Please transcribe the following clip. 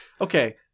Okay